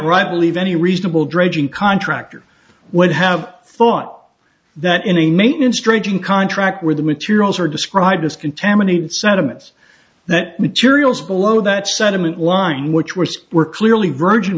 right believe any reasonable dredging contractor would have thought that in a maintenance dredging contract where the materials are described as contaminated sediments that materials below that sediment line which were square clearly virgin